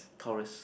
Tores